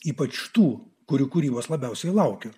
ypač tų kurių kūrybos labiausiai laukiau